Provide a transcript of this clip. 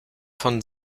von